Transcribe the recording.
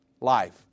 life